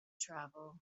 travel